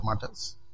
matters